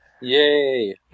Yay